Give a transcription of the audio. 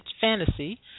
Fantasy